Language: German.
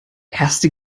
erste